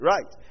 Right